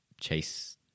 chase